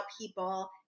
people